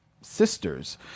sisters